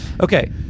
Okay